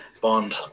Bond